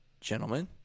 Gentlemen